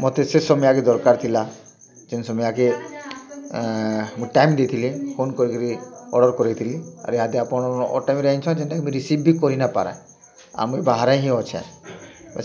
ମତେ ସେ ସମ୍ୟକେ ଦର୍କାର୍ ଥିଲା ଯେନ୍ ସମ୍ୟକେ ଏଁ ମୁଇଁ ଟାଇମ୍ ଦେଇଥିଲି ଫୋନ୍ କରିକରି ଅର୍ଡ଼ର୍ କରେଇଥିଲି ଆରୁ ଇହାଦେ ଆପଣ ଅଡ୍ ଟାଇମ୍ରେ ଆଣିଛନ୍ ଯେନ୍ଟାକି ମୁଇଁ ରିସିଭ୍ ବି ନାଇଁ କରିପାରେ ଆରୁ ମୁଇଁ ବାହାରେ ହିଁ ଅଛେଁ